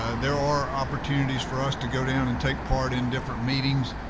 there are opportunities for us to go down and take part in different meetings,